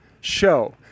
show